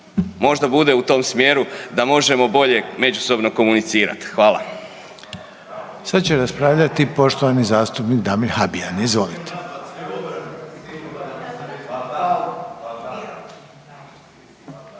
možda bude u tom smjeru da možemo bolje međusobno komunicirati. Hvala.